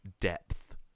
depth